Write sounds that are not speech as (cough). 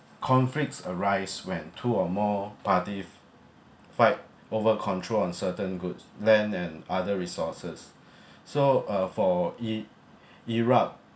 conflicts arise when two or more parties fight over control on certain goods land and other resources (breath) so uh for i~ iraq